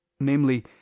namely